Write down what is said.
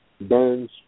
Burns